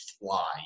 fly